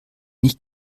nicht